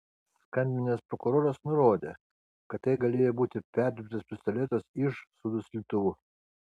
skambinęs prokuroras nurodė kad tai galėjo būti perdirbtas pistoletas iž su duslintuvu